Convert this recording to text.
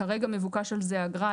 כרגע מבוקש על זה אגרה.